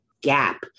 gap